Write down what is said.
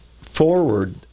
forward